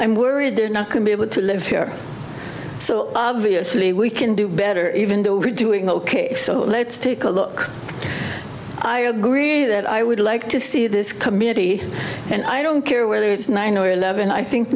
i'm worried they're not going be able to live here so obviously we can do better even though we're doing ok so let's take a look i agree that i would like to see this committee and i don't care whether it's nine or eleven i think